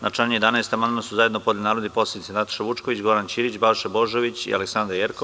Na član 11. amandman su zajedno podneli narodni poslanici Nataša Vučković, Goran Ćirić, Balša Božović i Aleksandra Jerkov.